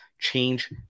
change